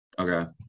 okay